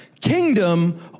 kingdom